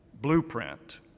blueprint